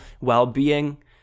well-being